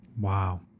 Wow